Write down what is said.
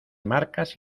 marcas